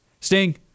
Sting